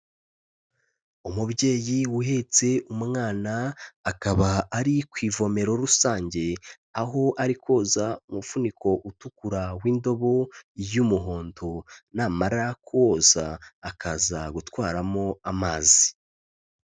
Umubyeyi uhetse umwana, akaba ari ku ivomero rusange, aho ari koza umufuniko utukura w'indobo y'umuhondo, namara kuwoza akaza gutwaramo amazi.